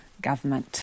government